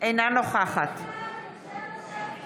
אינה נוכחת (קוראת בשמות חברי הכנסת)